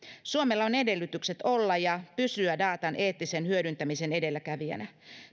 suomella on edellytykset olla ja pysyä datan eettisen hyödyntämisen edelläkävijänä